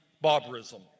barbarism